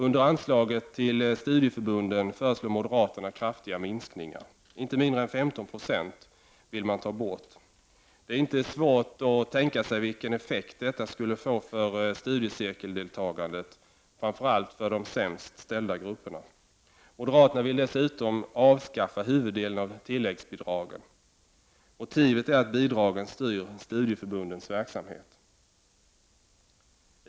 Under anslaget till studieförbunden föreslår moderaterna kraftiga minskningar. Inte mindre än 15 9 vill man ta bort. Det är inte svårt att tänka sig vilken effekt detta skulle få för studiecirkeldeltagandet, framför allt för de sämst ställda grupperna. Moderaterna vill dessutom avskaffa huvuddelen av tilläggsbidragen. Motivet är att bidragen styr studieförbundens verksamhet.